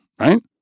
right